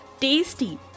tasty